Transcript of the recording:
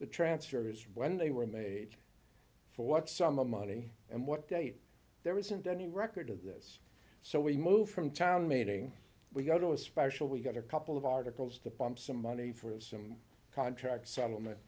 the transfer is when they were made for what sum of money and what date there isn't any record of this so we move from town meeting we go to a special we got a couple of articles to pump some money for some contract settlement